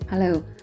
Hello